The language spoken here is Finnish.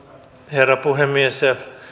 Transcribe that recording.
herra puhemies